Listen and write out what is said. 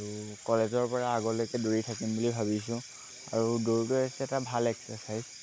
আৰু কলেজৰপৰা আগলৈকে দৌৰি থাকিম বুলিয়ে ভাবিছোঁ আৰু দৌৰটো হৈছে এটা ভাল এক্সাৰচাইজ